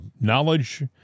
knowledge